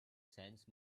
sense